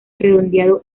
redondeado